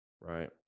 right